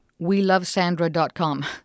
Welovesandra.com